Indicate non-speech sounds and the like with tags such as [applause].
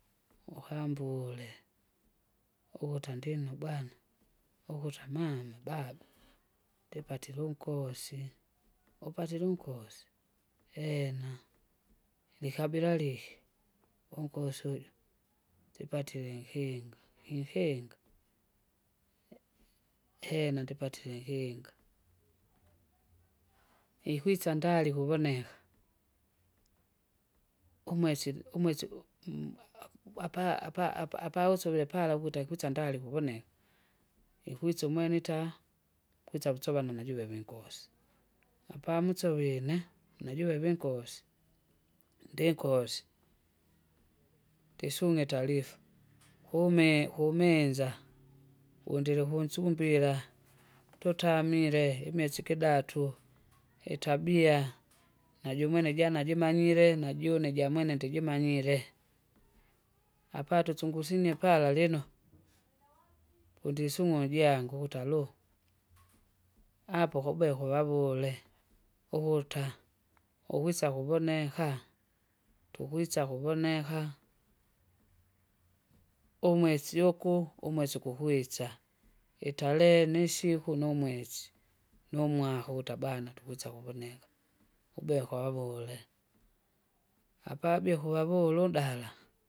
Ukambule, ukuta ndino bwana, ukuta amama baba, [noise] ndipatile unkosi, upatile unkosi? Ena, likabila liki? Unkosi uju, ndipatile nkinga, inkinga? Ena ndipatile nkinga, [noise] ikwisa ndali kuvoneka, umwesili umwesi u- m- ah- apa- apa- apa- apausovile pala ukuta ukwisa ndili ukuvoneka! ikwisa umwene itaha, kwisa kusovana najuve vingosi, apamusovine, najuve vingosi, ndinkosi, ndisunge itarifa [noise] kumi- kuminza, [noise] wundile ukunsumbila, [noise] tutamile imisi ikidatu, itabia [noise] najumwene jana jimanyire, najune jamwene ndijimanyire, apatusungunye pala lino, [noise] pondisung'o ijangu ukuta aloo! apo ukube ukuvavule. Ukuta, ukwisa kuvoneka, tukwisa kuvoneka. Umwesi uku, umwesi ukukwisa, itarehe nisiku numwesi, numwaka ukuta bana tukwisa kuvoneka. kubea ukavavule, apabie kuvavula undala.